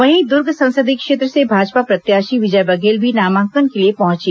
वहीं दूर्ग संसदीय क्षेत्र से भाजपा प्रत्याशी विजय बघेल भी नामांकन के लिए पहंचे